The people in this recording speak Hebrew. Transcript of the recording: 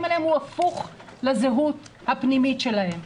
להם אלא הוא הפוך לזהות הפנימית שלהם.